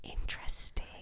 interesting